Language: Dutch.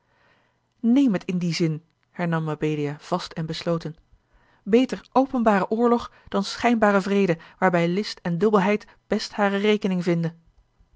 neem het in dien zin hernam mabelia vast en besloten beter openbare oorlog dan schijnbare vrede waarbij list en dubbelheid best hare rekening vinden